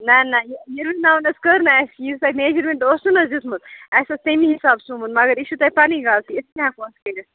نَہ نَہ یہِ یِروِناو نہٕ حظ کٔر نہٕ اَسہِ یُس تۄہہِ میجَرمٮ۪نٛٹ اوسُو نہٕ حظ دیُتمُت اَسہِ اوس تَمی حساب سُومُت مگر یہِ چھُو تۄہہِ پَنٕنۍ غلطی أسۍ کیٛاہ ہٮ۪کو اَتھ کٔرِتھ